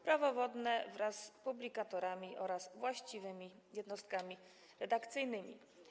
Prawo wodne wraz z publikatorami oraz właściwymi jednostkami redakcyjnymi.